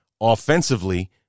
offensively